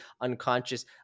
unconscious